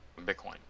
bitcoin